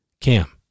Cam